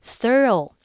thorough